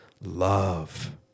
love